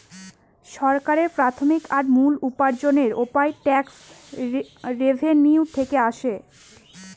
সরকারের প্রাথমিক আর মূল উপার্জনের উপায় ট্যাক্স রেভেনিউ থেকে আসে